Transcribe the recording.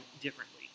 differently